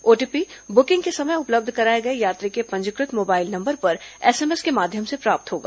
OTP booking के समय उपलब्ध कराए गए यात्री के पंजी कृ त मोबाइल नंबर पर एसएमएस के माध्यम से प्राप्त होगा